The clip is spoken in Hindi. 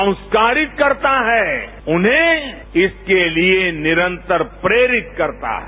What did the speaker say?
संस्कारित करता है उन्हें इसके लिए निरंतर प्रेरित करता है